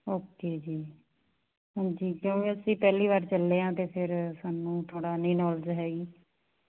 okay ਜੀ ਹਾਂਜੀ ਕਿਉਂਕਿ ਅਸੀਂ ਪਹਿਲੀ ਵਾਰ ਚੱਲੇ ਹਾਂ ਅਤੇ ਫਿਰ ਸਾਨੂੰ ਥੋੜ੍ਹਾ ਨਹੀਂ ਨੌਲੇਜ ਹੈਗੀ